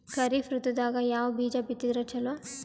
ಖರೀಫ್ ಋತದಾಗ ಯಾವ ಬೀಜ ಬಿತ್ತದರ ಚಲೋ?